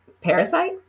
*Parasite*